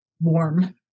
warm